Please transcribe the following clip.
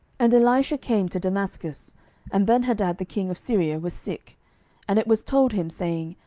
and elisha came to damascus and benhadad the king of syria was sick and it was told him, saying,